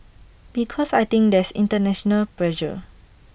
because I think there's International pressure